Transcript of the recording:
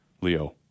Leo